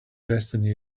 destiny